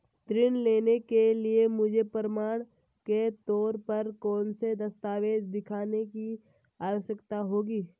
ऋृण लेने के लिए मुझे प्रमाण के तौर पर कौनसे दस्तावेज़ दिखाने की आवश्कता होगी?